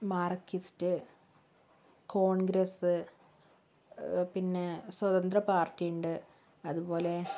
Marxist Congress പിന്നെ സ്വതന്ത്ര പാർട്ടിയുണ്ട് അതുപോലെ